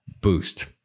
boost